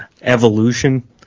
evolution